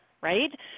right